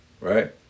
Right